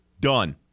Done